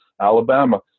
alabama